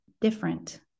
different